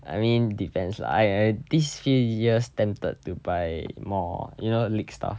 I mean defense lah I I these few years tempted to buy more you know league stuff